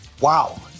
Wow